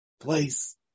place